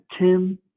Tim